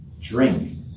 drink